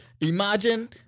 Imagine